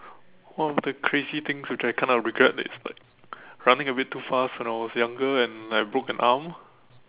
one of the crazy things which I kind of regret that is like running a bit too fast when I was younger and I broke an arm